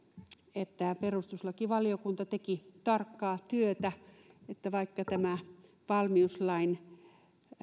että perustuslakivaliokunta teki tarkkaa työtä että vaikka tämä valmiuslain